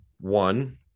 One